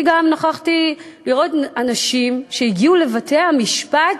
אני גם ראיתי אנשים שהגיעו לבית-המשפט,